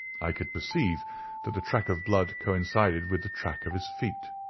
i could perceive that the track of blood coincided with the track of his feet.